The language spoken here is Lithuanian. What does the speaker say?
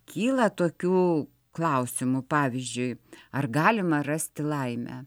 kyla tokių klausimų pavyzdžiui ar galima rasti laimę